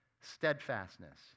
steadfastness